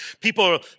people